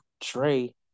Trey